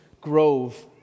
grove